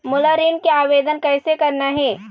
मोला ऋण के आवेदन कैसे करना हे?